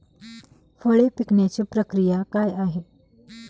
फळे पिकण्याची प्रक्रिया काय आहे?